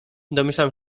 domyślam